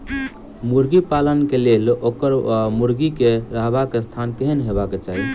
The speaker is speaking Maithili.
मुर्गी पालन केँ लेल ओकर वा मुर्गी केँ रहबाक स्थान केहन हेबाक चाहि?